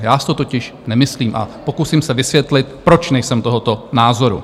Já si to totiž nemyslím a pokusím se vysvětlit, proč nejsem tohoto názoru.